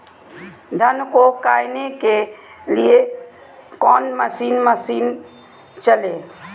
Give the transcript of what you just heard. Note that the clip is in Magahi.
धन को कायने के लिए कौन मसीन मशीन चले?